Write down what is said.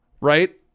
right